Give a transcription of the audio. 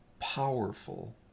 powerful